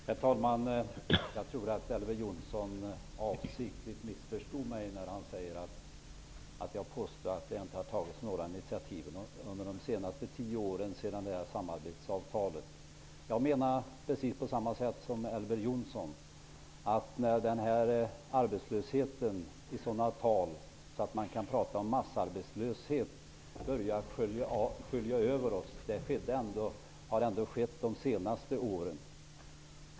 Herr talman! Jag tror att Elver Jonsson avsiktligt missförstod mig när han sade att jag påstår att det inte har tagits några initiativ under de senaste tio åren, inte sedan samarbetsavtalet. Jag menar, precis på samma sätt som Elver Jonsson, att den arbetslöshet som börjat skölja över oss i sådana tal att man kan prata om massarbetslöshet är något som har skett de senaste åren.